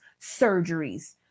surgeries